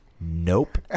nope